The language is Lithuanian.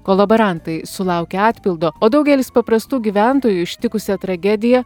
kolaborantai sulaukia atpildo o daugelis paprastų gyventojų ištikusią tragediją